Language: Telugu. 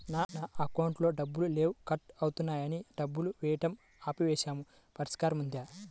నా అకౌంట్లో డబ్బులు లేవు కట్ అవుతున్నాయని డబ్బులు వేయటం ఆపేసాము పరిష్కారం ఉందా?